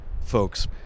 folks